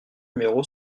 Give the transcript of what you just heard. numéro